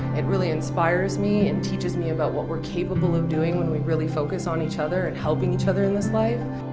it really inspires me and teaches me about what we're capable of doing when we really focus on each other and help each other in this life.